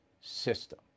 system